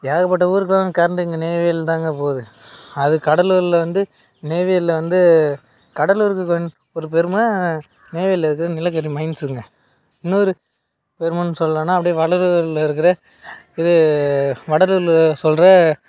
ஏகப்பட்ட ஊருக்கு கரண்ட் இங்கே நெய்வேலிலேந்து தாங்க போது அது கடலூர்ல வந்து நெய்வேலியில வந்து கடலூருக்கு ஒரு பெருமை நெய்வேலியில இருக்கிற நிலக்கரி மைண்ட்ஸுங்க இன்னொரு பெருமைனு சொல்லாம்னால் அப்படியே வடலூர்ல இருக்கிற இது வடலூர்ல சொல்கிற